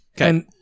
Okay